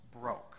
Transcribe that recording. broke